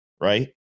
Right